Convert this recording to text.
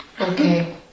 Okay